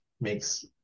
makes